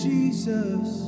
Jesus